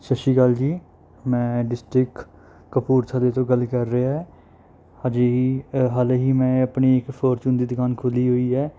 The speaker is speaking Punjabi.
ਸਤਿ ਸ਼੍ਰੀ ਅਕਾਲ ਜੀ ਮੈਂ ਡਿਸਟਰਿਕਟ ਕਪੂਰਥਲੇ ਤੋਂ ਗੱਲ ਕਰ ਰਿਹਾ ਹਜੇ ਹੀ ਅ ਹਾਲੇ ਹੀ ਮੈਂ ਆਪਣੀ ਇਕ ਪਰਚੂਨ ਦੀ ਦੁਕਾਨ ਖੋਲ੍ਹੀ ਹੋਈ ਹੈ